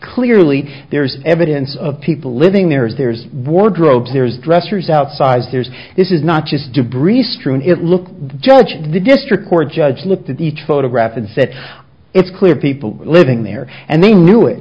clearly there's evidence of people living there is there's wardrobes there's dressers outsize there's this is not just debris strewn it looked judge the district court judge looked at each photograph and said it's clear people living there and they knew it